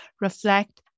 reflect